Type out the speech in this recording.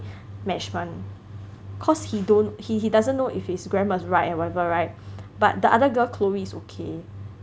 management cause he don't he he doesn't know if his grammar's right and whatever right but the other girl Chloe is okay